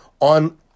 on